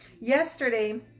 yesterday